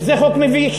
וזה חוק מביש,